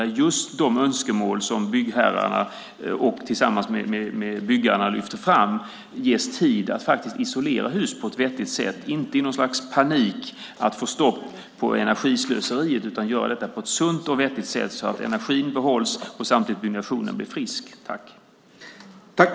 Där lyfts just önskemålen från byggherrarna och byggarna fram, att det ska ges tid att faktiskt isolera hus på ett vettigt sätt, så att det inte sker i något slags panik för att få stopp på energislöseriet, utan detta ska göras på ett sunt och vettig sätt så att energin behålls samtidigt som byggnationen blir frisk.